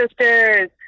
sisters